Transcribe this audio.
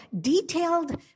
detailed